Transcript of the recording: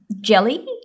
jelly